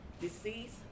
deceased